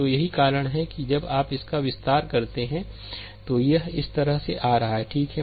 तो यही कारण है कि जब आप इसका विस्तार करते हैं तो यह इस तरह आ रहा है ठीक है